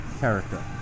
character